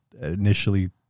initially